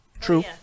True